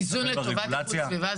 איזון לטובת איכות הסביבה?